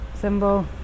symbol